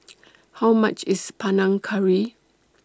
How much IS Panang Curry